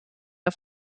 der